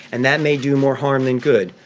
and that may do more harm than good.